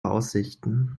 aussichten